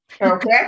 Okay